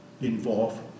involved